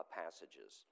passages